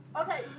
Okay